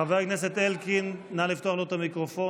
חבר הכנסת אלקין, נא לפתוח לו את המיקרופון.